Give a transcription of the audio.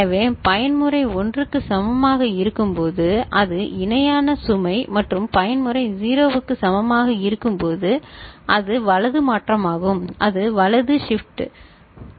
எனவே பயன்முறை 1 க்கு சமமாக இருக்கும்போது அது இணையான சுமை மற்றும் பயன்முறை 0 க்கு சமமாக இருக்கும்போது அது வலது மாற்றமாகும் அது வலது ஷிப்ட் சரி